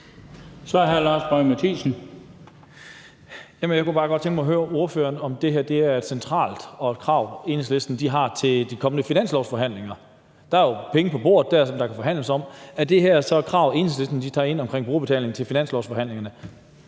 Kl. 18:38 Lars Boje Mathiesen (NB): Jeg kunne bare godt tænke mig at høre ordføreren om, om det her er et centralt krav, Enhedslisten har til de kommende finanslovsforhandlinger. Der er jo penge på bordet der, som der kan forhandles om, og er brugerbetaling så et krav, Enhedslisten tager med ind til finanslovsforhandlingerne?